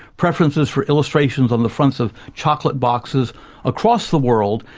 preferences for illustrations on the fronts of chocolate boxes across the world,